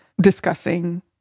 discussing